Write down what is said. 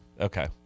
Okay